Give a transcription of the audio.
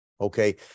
okay